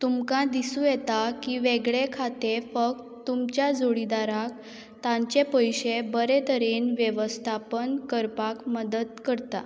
तुमकां दिसूं येता की वेगळें खातें फक्त तुमच्या जोडीदाराक तांचे पयशे बरे तरेन वेवस्थापन करपाक मदत करता